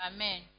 Amen